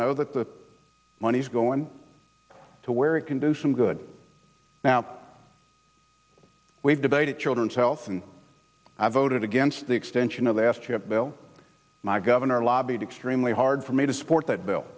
know that the money's going to where it can do some good now we've debated children's health and i voted against the extension of last you have bill my governor lobbied extremely hard for me to support that bill